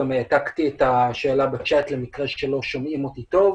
גם העתקתי את השאלה בצ'ט למקרה שלא שומעים אותי טוב.